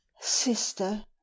Sister